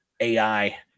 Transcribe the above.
AI